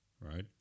right